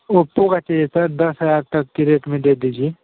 Oppo का चाहिए sir दस हज़ार तक के रेट में दे दीजए